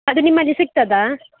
ಅದು ನಿಮ್ಮಲ್ಲಿ ಸಿಕ್ತದಾ